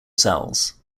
cells